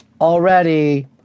Already